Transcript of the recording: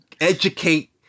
educate